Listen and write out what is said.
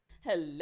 Hello